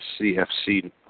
CFC